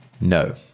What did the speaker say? No